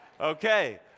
Okay